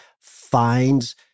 finds